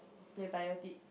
they biotic